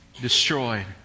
destroyed